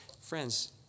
Friends